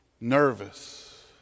nervous